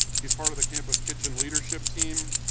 he's part of the campus kitchen leadership team,